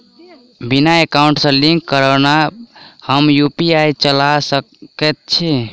बिना एकाउंट सँ लिंक करौने हम यु.पी.आई चला सकैत छी?